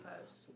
post